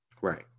right